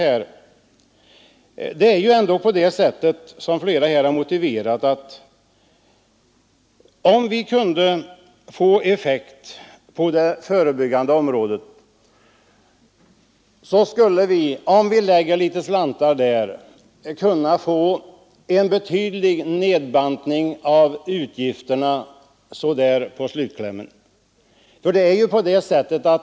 Som flera talare har påpekat skulle det, om vi kunde få effekt på det förebyggande området genom att lägga litet slantar där, ske en betydande nedbantning av utgifterna i slutskedet.